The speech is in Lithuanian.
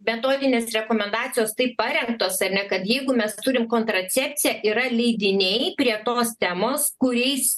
metodinės rekomendacijos taip parengtos ar ne kad jeigu mes turim kontracepciją yra leidiniai prie tos temos kuriais